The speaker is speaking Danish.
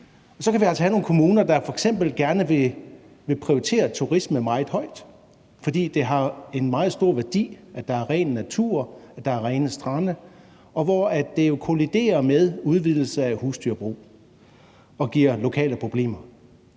så kan vi altså have nogle kommuner, der f.eks. gerne vil prioritere turisme meget højt, fordi det har en meget stor værdi, at der er ren natur, at der er rene strande, og hvor det jo kolliderer med udvidelse af husdyrbrug og giver lokale problemer.